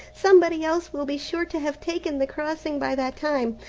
somebody else will be sure to have taken the crossing by that time.